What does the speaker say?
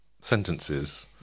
sentences